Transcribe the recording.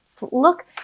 Look